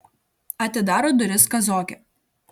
atidaro duris kazokė